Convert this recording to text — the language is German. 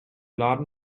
laden